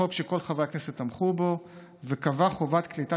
חוק שכל חברי הכנסת תמכו בו וקבע חובת קליטה